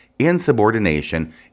insubordination